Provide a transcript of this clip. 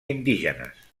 indígenes